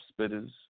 spitters